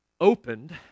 opened